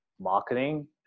marketing